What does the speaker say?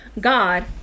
God